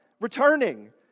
returning